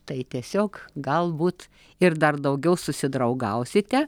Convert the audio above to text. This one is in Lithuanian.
tai tiesiog galbūt ir dar daugiau susidraugausite